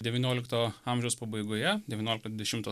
devyniolikto amžiaus pabaigoje devyniolikto dvidešimto